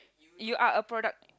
your are a product